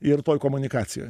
ir toj komunikacijoj